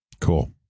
Cool